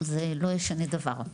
זה לא יישנה דבר.